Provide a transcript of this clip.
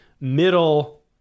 middle